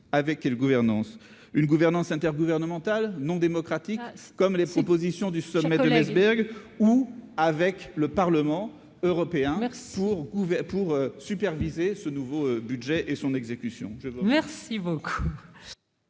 avec quelle gouvernance ? une gouvernance intergouvernementale non démocratique, comme les propositions du sommet de Meseberg, ... Cher collègue !... ou avec le Parlement européen, pour superviser ce nouveau budget et son exécution ? La parole